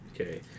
Okay